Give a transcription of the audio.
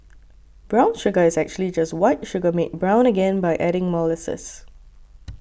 brown sugar is actually just white sugar made brown again by adding molasses